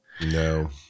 No